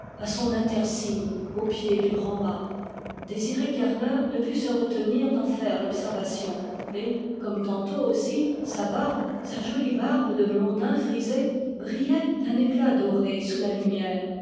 à son intersigne au pied du grand mât désiré kerneur ne put se retenir d'en faire l'observation et comme tantôt aussi sa barbe sa jolie barbe de blondin frisé brillait d'un éclat doré sous la lumière